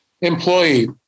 employee